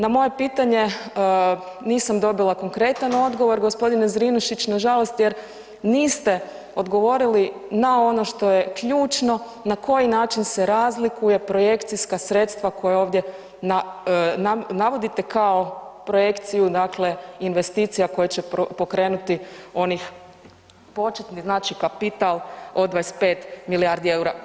Na moje pitanje nisam dobila konkretan odgovor gospodine Zrinušić nažalost jer niste odgovorili na ono što je ključno na koji način se razlikuje projekcijska sredstva koja ovdje navodite kao projekciju investicija koje će pokrenuti onih početni kapital od 25 milijardi eura.